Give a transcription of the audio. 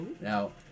Now